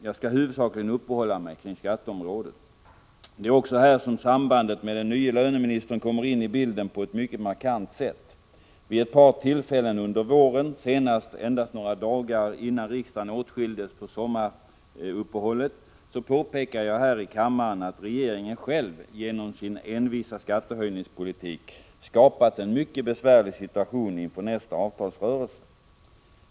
Jag skall huvudsakligen uppehålla mig kring skatteområdet. Det är också här som sambandet med den nye löneministern kommer in i bilden på ett mycket markant sätt. Vid ett par tillfällen under våren — senast endast några dagar innan riksdagen åtskildes för sommaruppehållet — påpekade jag här i kammaren att regeringen själv genom sin envisa skattehöjningspolitik skapat en mycket besvärlig situation inför nästa avtalsrörelse.